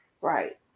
Right